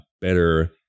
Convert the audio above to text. better